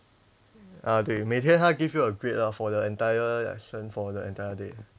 啊对每天他 give you a grade lah for the entire lesson for the entire day